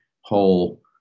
whole